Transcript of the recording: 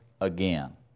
again